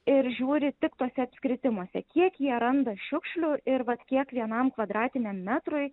ir žiūri tik tuose apskritimuose kiek jie randa šiukšlių ir vat kiek vienam kvadratiniam metrui